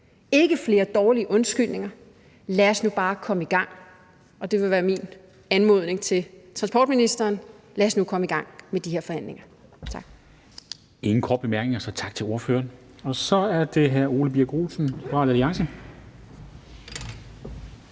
Ikke flere dårlige undskyldninger – lad os nu bare komme i gang. Det vil være min anmodning til transportministeren: Lad os nu komme i gang med de her forhandlinger. Tak.